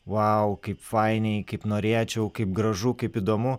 vau kaip fainiai kaip norėčiau kaip gražu kaip įdomu